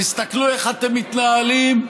תסתכלו איך אתם מתנהלים,